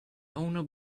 owner